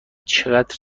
چقدر